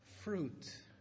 fruit